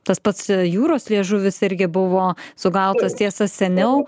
tas pats jūros liežuvis irgi buvo sugautas tiesa seniau